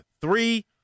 three